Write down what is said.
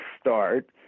start